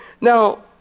Now